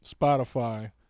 Spotify